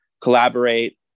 collaborate